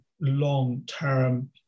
long-term